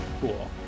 Cool